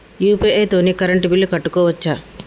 UPI తోని current bill కట్టుకోవచ్ఛా?